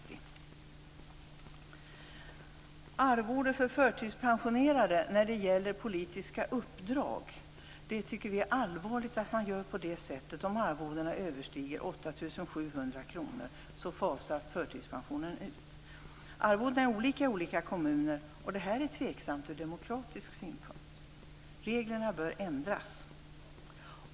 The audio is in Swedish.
När det gäller arvode för förtidspensionerade i samband med politiska uppdrag tycker vi det är allvarligt att förtidspensionen fasas ut om arvodena överstiger 8 700 kr. Arvodena är olika i olika kommuner. Det är tveksamt ur demokratisk synpunkt. Reglerna bör ändras.